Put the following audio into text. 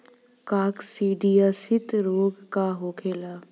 काकसिडियासित रोग का होखेला?